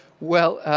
well,